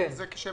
ארבע